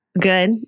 Good